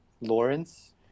Lawrence